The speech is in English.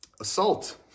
assault